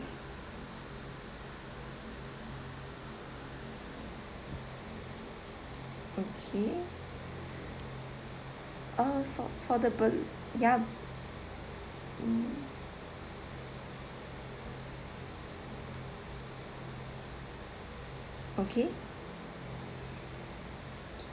okay oh for for the ba~ ya mm okay